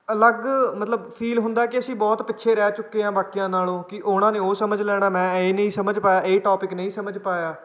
ਅਲੱਗ ਮਤਲਬ ਫੀਲ ਹੁੰਦਾ ਕਿ ਅਸੀਂ ਬਹੁਤ ਪਿੱਛੇ ਰਹਿ ਚੁੱਕੇ ਹਾਂ ਬਾਕੀਆਂ ਨਾਲੋਂ ਕਿ ਉਹਨਾਂ ਨੇ ਉਹ ਸਮਝ ਲੈਣਾ ਮੈਂ ਇਹ ਨਹੀਂ ਸਮਝ ਪਾਇਆ ਇਹ ਟੋਪਿਕ ਨਹੀਂ ਸਮਝ ਪਾਇਆ